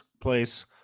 place